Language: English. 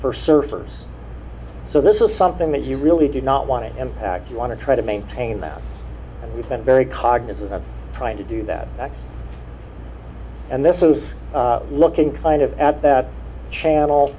for surfers so this is something that you really do not want to impact you want to try to maintain that you've been very cognizant of trying to do that and this is looking kind of at that channel